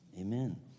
amen